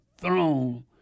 throne